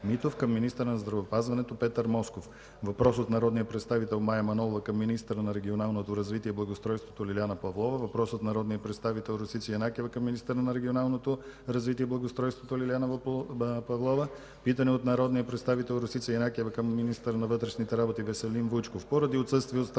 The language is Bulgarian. питане от народния представител Росица Янакиева към министъра на вътрешните работи Веселин Вучков.